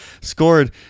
scored